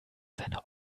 seine